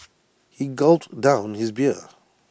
he gulped down his beer